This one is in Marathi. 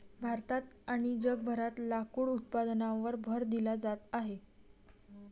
भारतात आणि जगभरात लाकूड उत्पादनावर भर दिला जात आहे